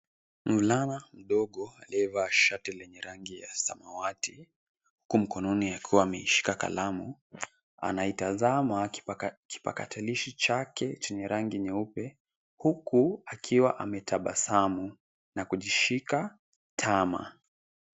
Mvulana mdogo aliyevaa shati lenye rangi ya samawati huku mkononi akiwa ameshika kalamu anaitazama kipakatalishi chake chenye rangi nyeupe huku akiwa ametabasamu na kujishika tama.